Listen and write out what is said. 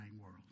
world